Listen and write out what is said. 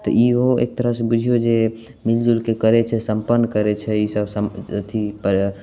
तऽ इहो एक तरहसँ बुझियौ जे मिल जुलिके करय छै सम्पन्न करय छै ई सभ सम अथीपर